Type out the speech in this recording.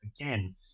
again